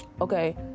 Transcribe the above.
Okay